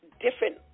Different